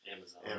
Amazon